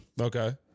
Okay